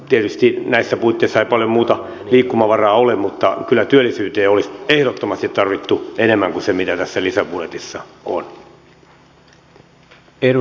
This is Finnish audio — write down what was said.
tietysti näissä puitteissa ei paljon muuta liikkumavaraa ole mutta kyllä työllisyyteen olisi ehdottomasti tarvittu enemmän kuin se mitä tässä lisäbudjetissa on